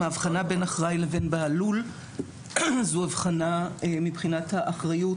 ההבחנה בין אחראי לבין בעל לול זו הבחנה מבחינת האחריות